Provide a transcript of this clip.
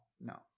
No